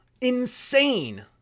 Insane